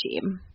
team